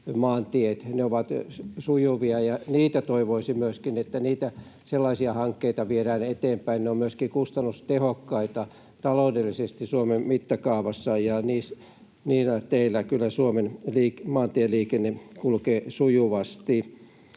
Ne ovat sujuvia, ja toivoisi myöskin, että sellaisia hankkeita viedään eteenpäin. Ne ovat myöskin kustannustehokkaita taloudellisesti Suomen mittakaavassa, ja niillä teillä kyllä Suomen maantieliikenne kulkee sujuvasti.